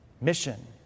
mission